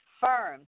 firm